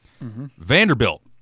Vanderbilt